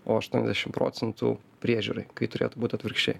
o aštuondešim procentų priežiūrai kai turėtų būt atvirkščiai